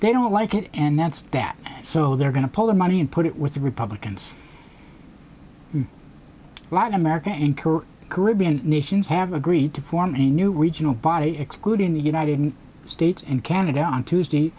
they don't like it and that's that so they're going to pull their money and put it with the republicans in latin america incur caribbean nations have agreed to form a new regional body excluding the united states and canada on tuesday